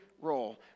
role